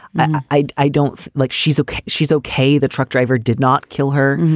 i i don't like. she's okay. she's okay. the truck driver did not kill her.